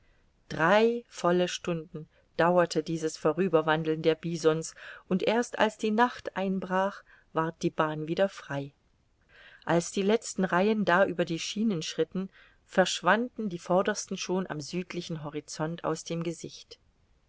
drei volle stunden dauerte dieses vorüberwandeln der bisons und erst als die nacht einbrach ward die bahn wieder frei als die letzten reihen da über die schienen schritten verschwanden die vordersten schon am südlichen horizont aus dem gesicht